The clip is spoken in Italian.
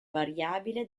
variabile